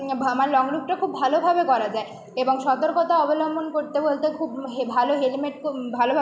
ভা আমার লং রুটটা খুব ভালোভাবে করা যায় এবং সতর্কতা অবলম্বন করতে বলতে খুব হে ভালো হেলমেট কো ভালোভাবে